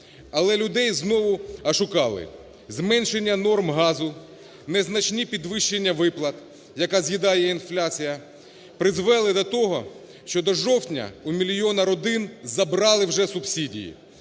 Але людей знову ошукали: зменшення норм газу, незначні підвищення виплат, які з'їдає інфляція, призвели до того, що до жовтня у мільйона родин забрали вже субсидії,